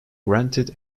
granted